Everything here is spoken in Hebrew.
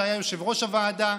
שהיה יושב-ראש הוועדה,